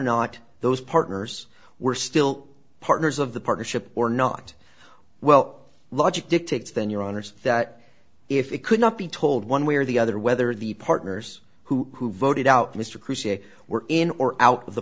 not those partners were still partners of the partnership or not well logic dictates then your honour's that if it could not be told one way or the other whether the partners who voted out mr christie were in or out of the